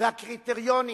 והקריטריונים